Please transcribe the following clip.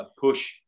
push